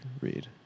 read